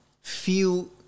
feel